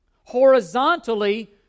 Horizontally